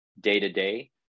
day-to-day